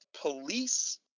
police